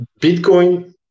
Bitcoin